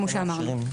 כמו שאמרנו.